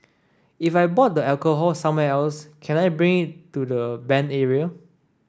if I bought the alcohol somewhere else can I bring it to the banned area